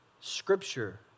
scripture